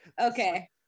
Okay